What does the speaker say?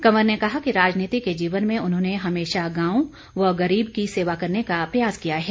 कंवर ने कहा कि राजनीति के जीवन में उन्होंने हमेशा गांव व गरीब की सेवा करने का प्रयास किया है